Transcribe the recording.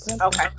Okay